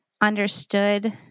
understood